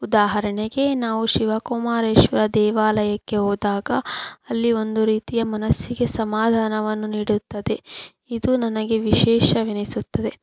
ಉದಾಹರಣೆಗೆ ನಾವು ಶಿವಕುಮಾರೇಶ್ವರ ದೇವಾಲಯಕ್ಕೆ ಹೋದಾಗ ಅಲ್ಲಿ ಒಂದು ರೀತಿಯ ಮನಸ್ಸಿಗೆ ಸಮಾಧಾನವನ್ನು ನೀಡುತ್ತದೆ ಇದು ನನಗೆ ವಿಶೇಷವೆನಿಸುತ್ತದೆ